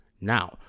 now